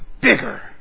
bigger